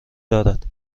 دارد